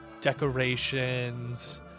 decorations